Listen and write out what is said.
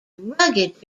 rugged